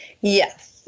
Yes